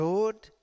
Lord